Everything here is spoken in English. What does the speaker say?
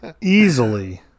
easily